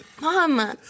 Mom